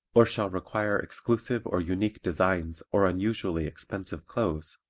or shall require exclusive or unique designs or unusually expensive clothes,